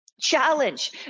Challenge